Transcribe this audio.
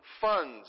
funds